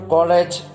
College